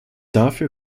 davon